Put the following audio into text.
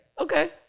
Okay